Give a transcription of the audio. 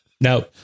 Now